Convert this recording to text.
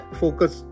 focus